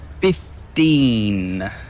Fifteen